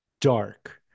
dark